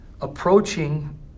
approaching